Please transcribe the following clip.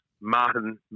Martin